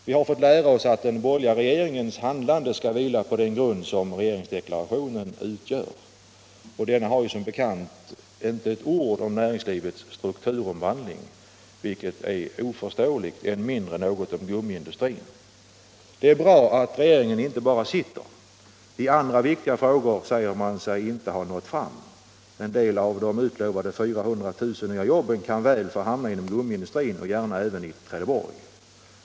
Vi har fått lära oss att den borgerliga regeringens handlande skall vila på den grund som regeringsdeklarationen utgör, och denna innehåller som bekant inte ett ord om näringslivets strukturomvandling, vilket är oförståeligt — och än mindre innehåller den något om gummiindustrin. Det är bra att regeringen inte bara sitter. I andra viktiga frågor säger man sig inte ha nått fram. En del av de utlovade 400 000 nya jobben kan mycket väl få hamna inom gummiindustrin, gärna även i Trelleborg.